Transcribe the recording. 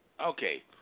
Okay